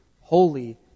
holy